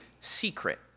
secret